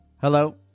Hello